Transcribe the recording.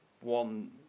one